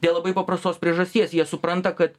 dėl labai paprastos priežasties jie supranta kad